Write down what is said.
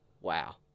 Wow